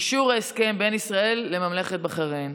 אישור ההסכם בין ישראל לממלכת בחריין.